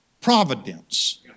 providence